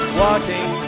walking